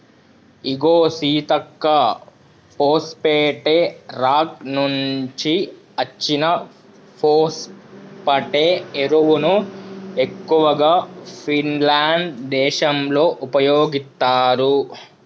ఇగో సీతక్క పోస్ఫేటే రాక్ నుంచి అచ్చిన ఫోస్పటే ఎరువును ఎక్కువగా ఫిన్లాండ్ దేశంలో ఉపయోగిత్తారు